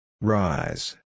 Rise